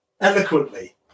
eloquently